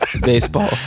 baseball